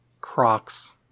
Crocs